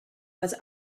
was